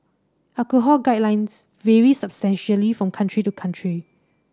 alcohol guidelines vary substantially from country to country